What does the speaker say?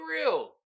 real